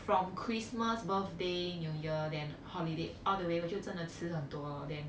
from christmas birthday new year then holiday all the way 我就真的吃很多 then